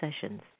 sessions